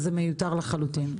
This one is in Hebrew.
וזה מיותר לחלוטין.